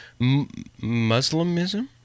Muslimism